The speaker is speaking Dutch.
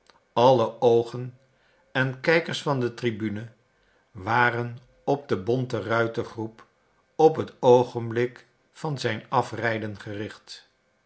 alle oogen en kijkers van de tribune waren op den bonten ruitertroep op het oogenblik van zijn afrijden gericht